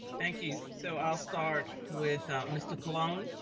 thank you. so i'll start with mr. colon.